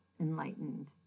enlightened